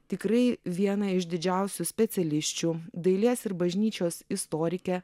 tikrai vieną iš didžiausių specialisčių dailės ir bažnyčios istorikę